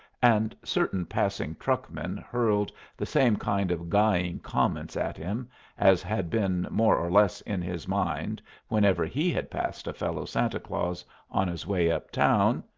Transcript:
and certain passing truckmen hurled the same kind of guying comments at him as had been more or less in his mind whenever he had passed a fellow-santa-claus on his way up-town,